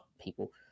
people